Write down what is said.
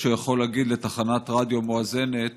שהוא יכול להגיד לתחנת רדיו מואזנת